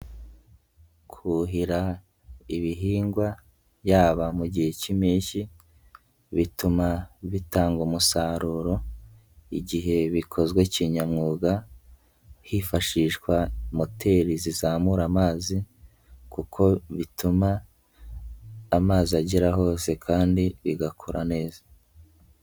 Kuhira ibihingwa yaba mu gihe k'impeshyi bituma bitanga umusaruro, igihe bikozwe kinyamwuga hifashishwa moteri zizamura amazi, kuko bituma amazi agera hose kandi bigakora neza.